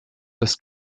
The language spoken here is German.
das